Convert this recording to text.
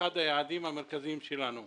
לאחד היעדים המרכזיים שלנו.